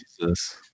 Jesus